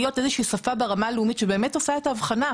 איזושהי שפה ברמה הלאומית שבאמת עושה את ההבחנה,